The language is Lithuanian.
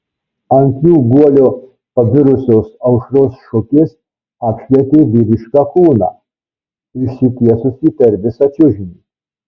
ant jų guolio pabirusios aušros šukės apšvietė vyrišką kūną išsitiesusį per visą čiužinį